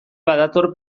badator